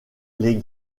les